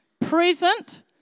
present